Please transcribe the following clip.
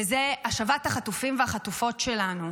וזה השבת החטופים והחטופות שלנו.